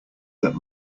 that